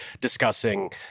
discussing –